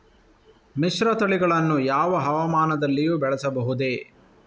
ಮಿಶ್ರತಳಿಗಳನ್ನು ಯಾವ ಹವಾಮಾನದಲ್ಲಿಯೂ ಬೆಳೆಸಬಹುದೇ?